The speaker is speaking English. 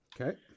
Okay